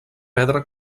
pedra